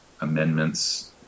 amendments